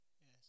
yes